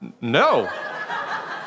No